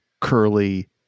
curly